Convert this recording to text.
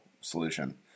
solution